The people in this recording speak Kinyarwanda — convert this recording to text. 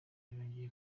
yongeye